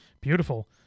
Beautiful